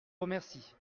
remercie